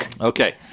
Okay